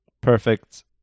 perfect